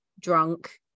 drunk